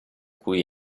cui